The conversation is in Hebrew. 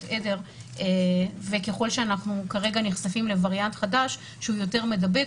עדר וככל שאנחנו נחשפים כרגע לווריאנט חדש שהוא יותר מדבק,